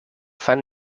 fan